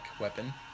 weapon